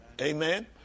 amen